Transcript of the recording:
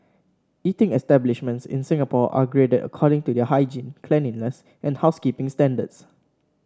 eating establishments in Singapore are graded according to their hygiene cleanliness and housekeeping standards